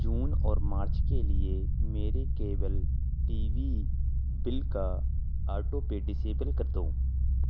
جون اور مارچ کے لیے میرے کیبل ٹی وی بل کا آٹو پے ڈسیبل کر دو